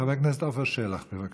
חבר הכנסת עפר שלח, בבקשה.